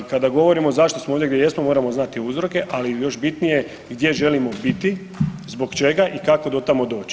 Kada govorimo zašto smo ovdje gdje jesmo moramo znati uzroke, ali još bitnije gdje želimo biti, zbog čega i kako do tamo doći.